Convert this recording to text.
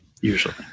Usually